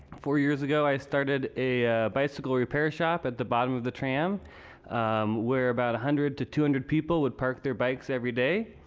four years ago i started a bicycle repair shop at the bottom of the tram where about one hundred to two hundred people would park their bikes every day.